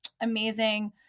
amazing